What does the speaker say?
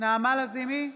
נעמה לזימי,